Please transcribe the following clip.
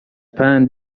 پند